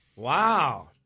Wow